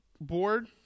board